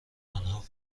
آنها